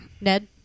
Ned